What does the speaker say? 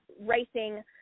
racing